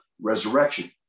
resurrection